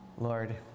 Lord